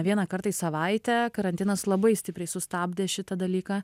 vieną kartą į savaitę karantinas labai stipriai sustabdė šitą dalyką